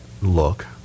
look